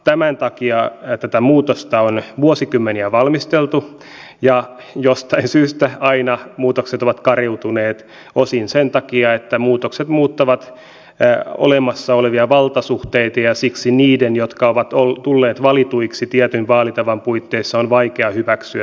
tämän takia tätä muutosta on vuosikymmeniä valmistelu ja jostain syystä aina muutokset ovat kariutuneet osin sen takia että muutokset muuttavat olemassa olevia valtasuhteita ja siksi niiden jotka ovat tulleet valituiksi tietyn vaalitavan puitteissa on vaikea hyväksyä siihen muutoksia